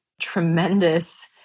tremendous